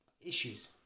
issues